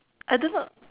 I don't know